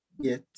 Yes